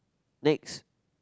next